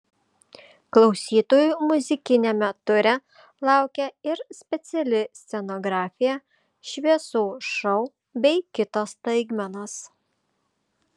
klausytojų muzikiniame ture laukia ir speciali scenografija šviesų šou bei kitos staigmenos